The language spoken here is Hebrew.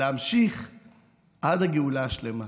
להמשיך עד הגאולה השלמה.